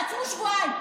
תעצרו שבועיים,